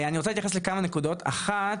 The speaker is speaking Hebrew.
אני רוצה להתייחס לכמה נקודות, אחת,